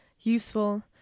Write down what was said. useful